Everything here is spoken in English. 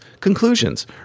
Conclusions